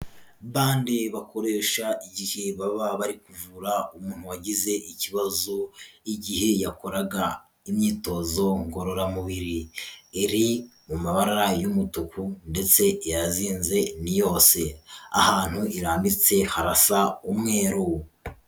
Bande bakoresha igihe baba bari kuvura umuntu wagize ikibazo igihe yakoraga imyitozo ngororamubiri, iri mu mabara y'umutuku ndetse irazinze ni yose, ahantu irambitse harasa umweru.